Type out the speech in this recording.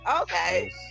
Okay